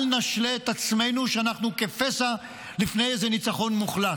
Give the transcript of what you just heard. אל נשלה את עצמנו שאנחנו כפסע לפני איזה ניצחון מוחלט.